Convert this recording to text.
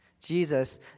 Jesus